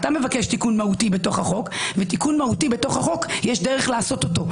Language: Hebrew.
ותיקון מהותי בתוך החוק יש דרך לעשותו.